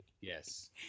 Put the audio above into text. Yes